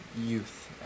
Youth